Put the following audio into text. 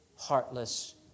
heartless